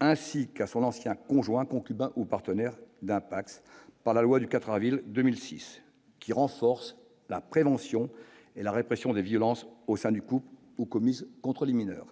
ainsi qu'à son ancien conjoint, concubin ou partenaire d'un Pacs par la loi du 4 avril 2006 qui renforce la prévention et la répression des violences au sein du couple ou commises contre les mineurs,